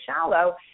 shallow